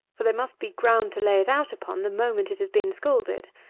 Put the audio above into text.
for there must be ground to lay it out upon the moment it has been scalded,